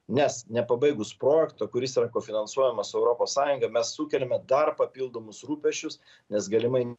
nes nepabaigus projekto kuris yra kofinansuojamas su europos sąjunga mes sukeliame dar papildomus rūpesčius nes galimai